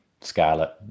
Scarlet